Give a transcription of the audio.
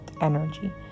energy